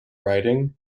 writing